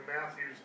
Matthew's